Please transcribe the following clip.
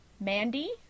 Mandy